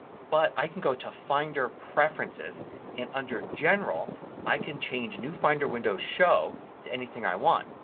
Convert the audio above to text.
but i can go to finder, preferences and under general i can change new finder window show to anything i want.